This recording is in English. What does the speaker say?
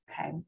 okay